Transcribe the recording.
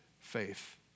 faith